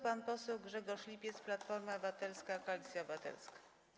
Pan poseł Grzegorz Lipiec, Platforma Obywatelska - Koalicja Obywatelska.